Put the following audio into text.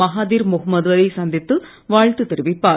Mahathir Mohamad வை சந்தித்து வாழ்த்து தெரிவிப்பார்